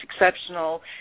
exceptional